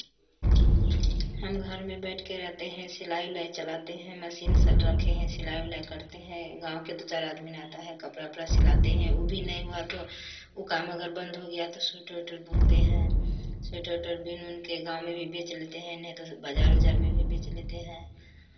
हम घर में बैठ कर रहते हैं सिलाई उलाई चलाते हैं मसीन सल रखे हैं सिलाई उलाई करते हैं गाँव के दो चार आदमी नाता है कपड़ा उपरा सिलाते हैं वह भी नहीं हुआ तो वह काम अगर बंद हो गया तो सुइटर उइटर बुनते हैं स्वेटर उटर बुन उन कर गाँव में भी बेच लेते हैं नहीं तो बाज़ार उजार में भी बेच लेते हैं